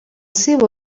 seu